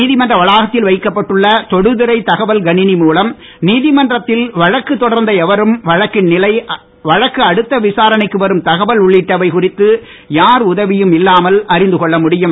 நீதி மன்ற வளாக்த்தில் வைக்கப்பட்டுள்ள தொடுதிரை தகவல் கணினி மூலம் நீதிமன்றத்தில் வழக்கு தொடர்ந்த எவரும் வழக்கின் நிலை வழக்கு அடுத்து விசாரணைக்கு வரும் தகவல் உள்ளிட்டவை குறித்து யார் உதவியும் இல்லாமல் அறிந்து கொள்ளமுடியும்